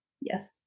Yes